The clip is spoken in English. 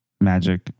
Magic